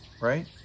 right